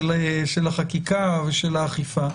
של החקיקה ושל האכיפה.